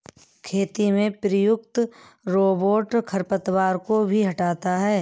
खेती में प्रयुक्त रोबोट खरपतवार को भी हँटाता है